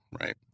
right